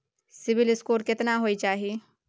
CIBIL score केतना होय चाही?